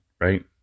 right